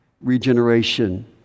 Regeneration